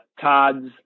Todd's